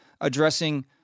addressing